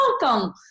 welcome